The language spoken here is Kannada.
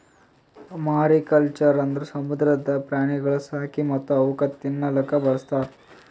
ಮಾರಿಕಲ್ಚರ್ ಅಂದುರ್ ಸಮುದ್ರದ ಪ್ರಾಣಿಗೊಳ್ ಸಾಕಿ ಮತ್ತ್ ಅವುಕ್ ತಿನ್ನಲೂಕ್ ಬಳಸ್ತಾರ್